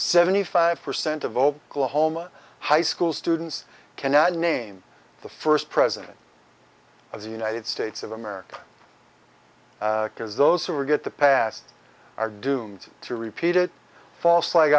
seventy five percent of oklahoma high school students cannot name the first president of the united states of america because those who are get the past are doomed to repeat it false flag